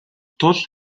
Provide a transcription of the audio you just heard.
тул